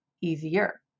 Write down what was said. easier